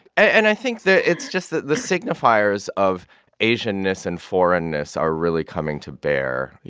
and i think that it's just that the signifiers of asianness and foreignness are really coming to bear.